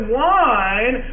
wine